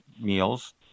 meals